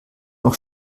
noch